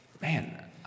man